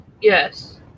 Yes